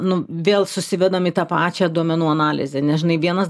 nu vėl susivedam į tą pačią duomenų analizę nes žinai vienas